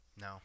No